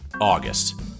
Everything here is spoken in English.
August